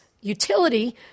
utility